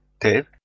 dave